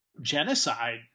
genocide